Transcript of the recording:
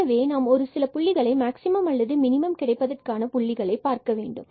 எனவே நாம் ஒரு சில புள்ளிகளை மேக்ஸிமம் அல்லது மினிமம் கிடைப்பதற்கான புள்ளிகளை பார்க்கவேண்டும்